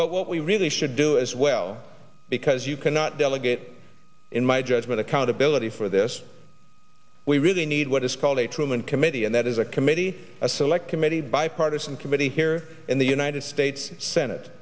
but what we really should do as well because you cannot delegate in my judgment accountability for this we really need what is called a truman committee and that is a committee a select committee bipartisan committee here in the united states senate